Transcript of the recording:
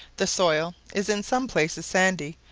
the soil is in some places sandy,